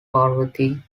parvati